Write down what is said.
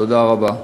תודה רבה.